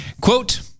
Quote